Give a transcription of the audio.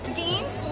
games